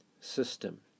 system